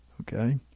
Okay